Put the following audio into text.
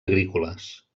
agrícoles